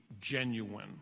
genuine